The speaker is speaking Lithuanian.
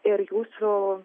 ir jūsų